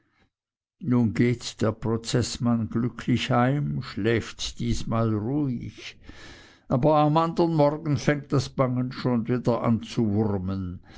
nun geht der prozeßmann glücklich heim schläft diesmal ruhig aber am andern morgen fängt das bangen schon wieder an zu wurmen